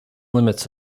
limits